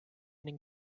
ning